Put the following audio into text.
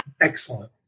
Excellent